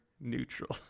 neutral